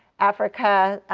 africa,